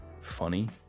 funny